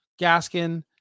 Gaskin